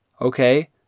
Okay